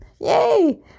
Yay